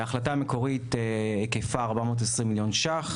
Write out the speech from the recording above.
היקפה של ההחלטה המקורית הוא 420 מיליון שקלים,